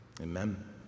amen